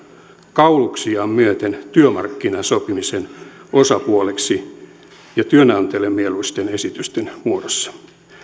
kauluksiaan myöten työmarkkinasopimisen osapuoleksi ja työnantajille mieluisten esitysten muodossa